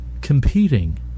Competing